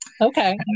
okay